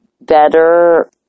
better